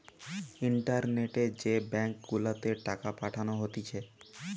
ইন্টারনেটে যে ব্যাঙ্ক গুলাতে টাকা পাঠানো হতিছে